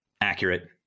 accurate